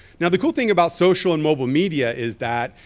now the cool thing about social and mobile media is that,